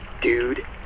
dude